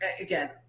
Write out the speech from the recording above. again